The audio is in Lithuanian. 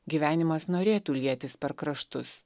gyvenimas norėtų lietis per kraštus